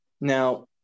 Now